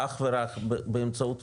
אך ורק באמצעות מקורות,